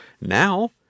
Now